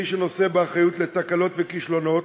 את מי שנושא באחריות לתקלות וכישלונות,